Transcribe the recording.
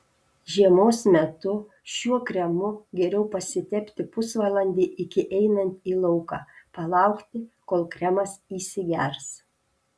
žiemos metu šiuo kremu geriau pasitepti pusvalandį iki einant į lauką palaukti kol kremas įsigers